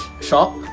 shop